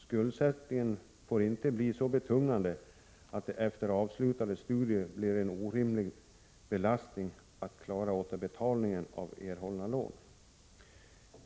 Skuldsättningen får inte bli så betungande att det efter avslutade studier blir en orimlig belastning att klara återbetalningen av erhållna lån.